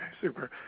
super